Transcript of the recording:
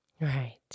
Right